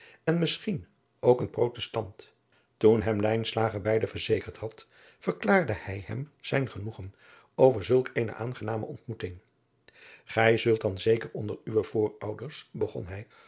en misschien ook een protestant toen hem lijnslager beide verzekerd had verklaarde hij hem zijn genoegen over zulk eene aangename ontmoeting gij zult dan zeker onder uwe voorouders begon hij